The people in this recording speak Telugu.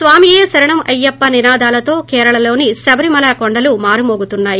స్వామియే శరణం అయ్యప్ప నినాదాలతో కేరళలోని శబరిమల కోడలు మారుమోగుతున్నాయి